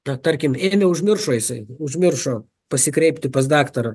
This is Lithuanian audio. na tarkim ei neužmiršo jisai užmiršo pasikreipti pas daktarą